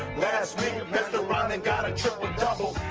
last week got a triple double.